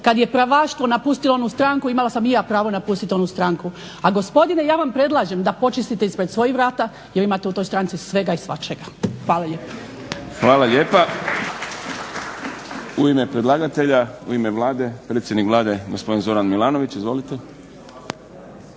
kad je pravaštvo napustilo onu stranku imala sam i ja pravo napustiti onu stranku. A gospodine ja vam predlažem da počistite ispred svojih vrata, jer imate u toj stranci svega i svačega. Hvala vam lijepa. /Pljesak./ **Šprem, Boris (SDP)** Hvala lijepa. U ime predlagatelja, u ime Vlade, predsjednik Vlade gospodin Zoran Milanović. Izvolite.